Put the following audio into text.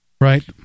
Right